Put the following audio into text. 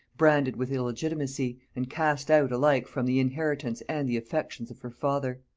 branded with illegitimacy, and cast out alike from the inheritance and the affections of her father.